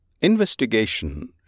Investigation